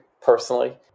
personally